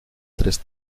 tres